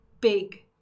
big